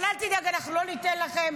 אבל אל תדאג, אנחנו לא ניתן לכם.